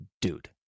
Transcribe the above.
dude